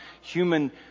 human